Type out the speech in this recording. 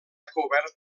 cobert